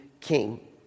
king